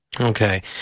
Okay